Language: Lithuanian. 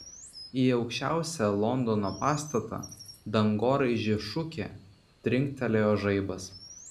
į aukščiausią londono pastatą dangoraižį šukė trinktelėjo žaibas